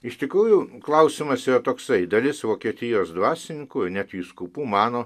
iš tikrųjų klausimas yra toksai dalis vokietijos dvasininkui net vyskupų mano